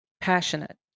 Passionate